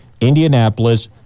Indianapolis